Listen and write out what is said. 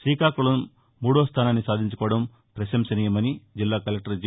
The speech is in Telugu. శ్రీకాకుళం మూడో స్థానాన్ని సాధించుకోవడం పశంసనీయమని జిల్లా కలెక్టర్ జె